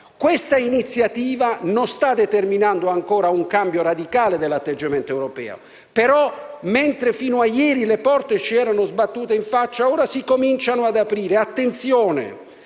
Questa iniziativa non sta determinando ancora un cambiamento radicale dell'atteggiamento europeo, però, mentre fino a ieri le porte ci venivano sbattute in faccia, ora si cominciano ad aprire. Facciamo